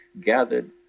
gathered